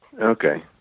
okay